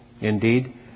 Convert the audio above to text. Indeed